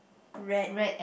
red